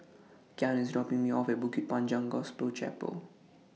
Kyan IS dropping Me off At Bukit Panjang Gospel Chapel